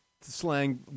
slang